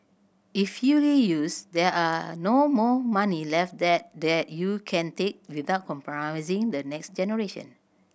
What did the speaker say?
if fully used there are no more money left there that you can take without compromising the next generation